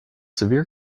severe